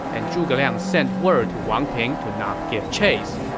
and zhuge liang sent word to wang ping to not give chase.